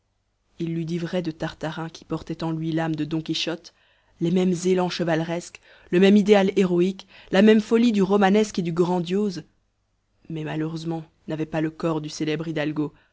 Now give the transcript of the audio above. il l'eût dit vrai de tartarin qui portait en lui l'âme de don quichotte les mêmes élans chevaleresques le même idéal héroïque la même folie du romanesque et du grandiose mais malheureusement n'avait pas le corps du célèbre hidalgo